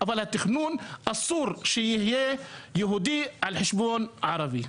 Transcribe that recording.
אבל התכנון, אסור שיהיה - יהודי על חשבון ערבי.